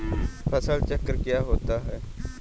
फसल चक्र क्या होता है?